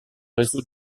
réseau